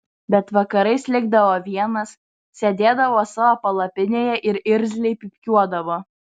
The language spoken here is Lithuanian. bet vakarais likdavo vienas sėdėdavo savo palapinėje ir irzliai pypkiuodavo